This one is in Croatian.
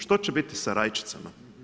Što će biti s rajčicama?